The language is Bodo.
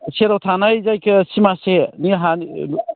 सेराव थानाय जायखिया सिमासे नि हानि